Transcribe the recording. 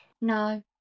No